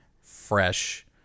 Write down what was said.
fresh